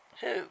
Who